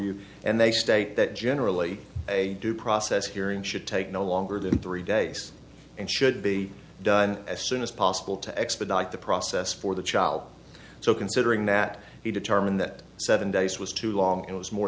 you and they state that generally a due process hearing should take no longer than three days and should be done as soon as possible to expedite the process for the child so considering that he determined that seven days was too long it was more